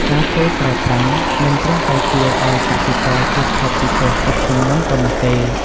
ការធ្វើស្រែប្រាំងមិនត្រឹមតែជួយឱ្យកសិករជៀសផុតពីគ្រោះទឹកជំនន់ប៉ុណ្ណោះទេ។